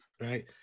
right